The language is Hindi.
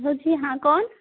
जी हाँ कौन